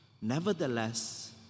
Nevertheless